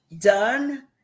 done